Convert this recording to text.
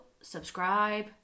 subscribe